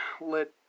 let